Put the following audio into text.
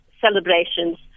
celebrations